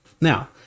now